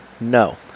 No